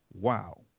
Wow